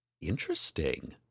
Interesting